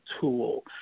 tool